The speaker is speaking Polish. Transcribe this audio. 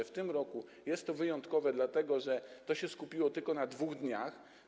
W tym roku jest to wyjątkowe, dlatego że to się skupiło tylko na 2 dniach.